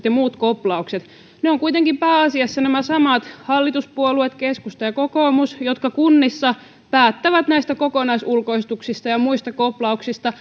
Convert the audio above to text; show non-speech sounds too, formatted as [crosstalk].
[unintelligible] ja muut koplaukset ne ovat kuitenkin pääasiassa nämä samat hallituspuolueet keskusta ja kokoomus jotka kunnissa päättävät näistä kokonaisulkoistuksista ja ja muista kop lauksista [unintelligible]